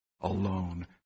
alone